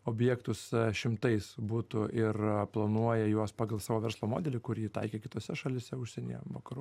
objektus šimtais butų ir planuoja juos pagal savo verslo modelį kurį taikė kitose šalyse užsienyje vakarų